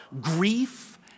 grief